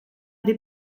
des